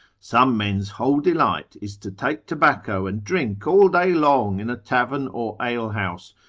some men's whole delight is, to take tobacco, and drink all day long in a tavern or alehouse,